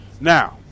Now